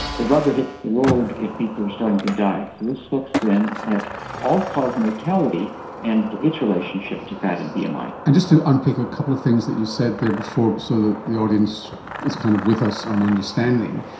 the rubber hits the road if people are starting to die. so this looks then at all-cause mortality and its relationship to fat and bmi. and like and just to unpick a couple of things that you said there before so the the audience is kind of with us on understanding,